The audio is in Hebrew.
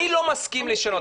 הוא אומר: אני לא מסכים לשנות,